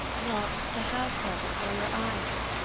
not to have her before your eyes?